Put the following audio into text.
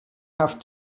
have